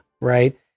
right